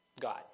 God